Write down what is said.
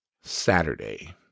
Saturday